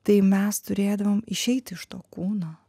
tai mes turėdavom išeiti iš to kūno